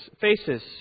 faces